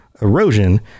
erosion